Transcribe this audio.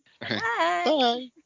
Bye